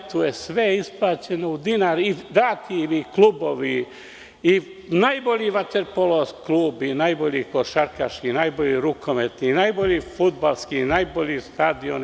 Fijatu“ je sve isplaćeno u dinar, i klubovi, i najbolji vaterpolo klub, i najbolji košarkaški, i najbolji rukometni, i najbolji fudbalski i najbolji stadioni.